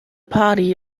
party